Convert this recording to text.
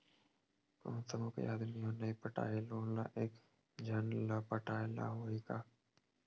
कोन समूह के आदमी हा नई पटाही लोन ला का एक झन ला पटाय ला होही का?